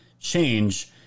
change